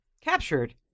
captured